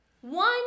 One